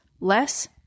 less